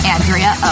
Andrea